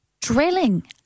drilling